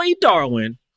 Darwin